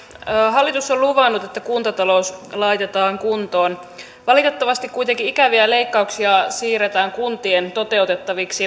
hallitus on luvannut että kuntatalous laitetaan kuntoon valitettavasti kuitenkin ikäviä leikkauksia siirretään kuntien toteutettaviksi